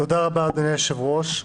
תודה רבה, אדוני היושב-ראש.